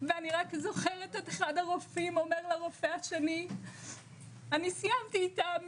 ואני רק זוכרת את אחד הרופאים אומר לרופא השני אני סיימתי איתה,